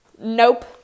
Nope